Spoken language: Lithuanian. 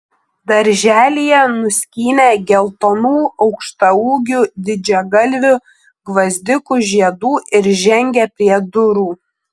darželyje nuskynė geltonų aukštaūgių didžiagalvių gvazdikų žiedų ir žengė prie durų